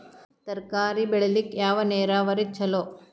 ತರಕಾರಿ ಬೆಳಿಲಿಕ್ಕ ಯಾವ ನೇರಾವರಿ ಛಲೋ?